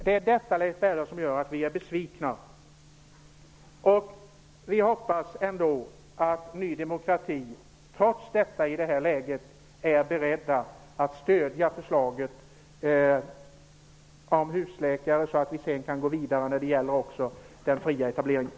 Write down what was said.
Det är detta, Leif Bergdahl, som gör att vi är besvikna. Vi hoppas att ni i Ny demokrati, trots detta, i det här läget är beredda att stödja förslaget om husläkare, så att vi sedan kan gå vidare också när det gäller den fria etableringen.